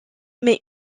mais